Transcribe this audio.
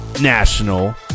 national